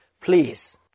Please